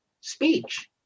speech